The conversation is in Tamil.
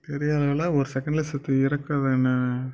பெரியாளுகள் எல்லாம் ஒரு செகண்ட்டில் செத்து இருக்குறதை நான்